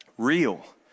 real